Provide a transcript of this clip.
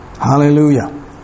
Hallelujah